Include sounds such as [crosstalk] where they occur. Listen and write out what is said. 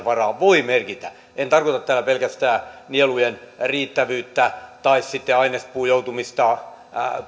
[unintelligible] varaan voi merkitä en tarkoita tällä pelkästään nielujen riittävyyttä tai sitten ainespuun joutumista